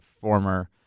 former